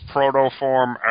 Protoform